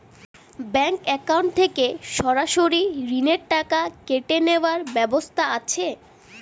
Bank account থেকে সরাসরি ঋণের টাকা কেটে নেওয়ার ব্যবস্থা আছে?